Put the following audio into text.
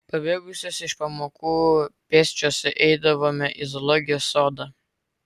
pabėgusios iš pamokų pėsčios eidavome į zoologijos sodą